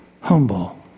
Humble